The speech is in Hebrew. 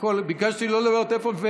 ביקשתי לא לדבר בטלפון,